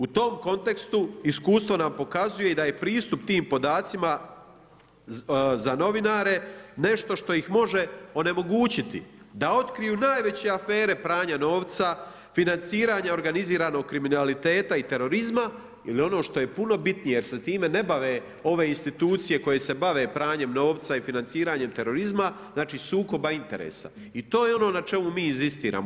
U tom kontekstu, iskustvo nam pokazuje da je pristup tim podacima za novinare nešto što ih može onemogućiti da otkriju najveće afere pranja novca, financiranja organiziranog kriminaliteta i terorizma ili ono što je puno bitnije jer se time ne bave ove institucije koje se bave pranjem novca i financiranjem terorizma znači sukoba interesa i to je ono na čemu mi inzistiramo.